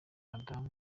adam